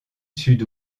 sud